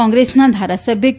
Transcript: કોંગ્રેસના ધારાસભ્ય કે